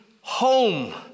home